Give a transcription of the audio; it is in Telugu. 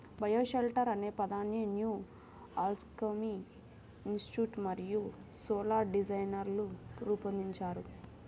బయోషెల్టర్ అనే పదాన్ని న్యూ ఆల్కెమీ ఇన్స్టిట్యూట్ మరియు సోలార్ డిజైనర్లు రూపొందించారు